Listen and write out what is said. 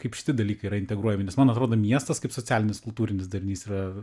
kaip šitie dalykai yra integruojami nes man atrodo miestas kaip socialinis kultūrinis darinys yra